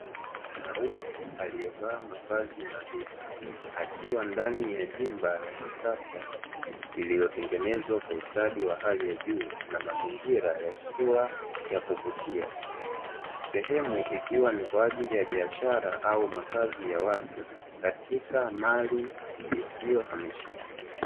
Mwanaume aliyevaa mavazi nadhifu, akiwa ndani ya jumba la kisasa lililotengenezwa kwa ustadi wa hali ya juu na mazingira yakiwa ya kuvutia. Sehemu ikiwa ni kwa ajili ya biashara au makazi ya watu, katika mali isiyohamishika.